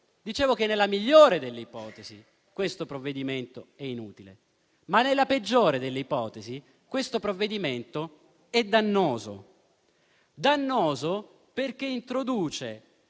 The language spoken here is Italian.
Dicevo che, nella migliore delle ipotesi, questo provvedimento è inutile; nella peggiore delle ipotesi, però, questo provvedimento è dannoso. È dannoso perché introduce